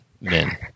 men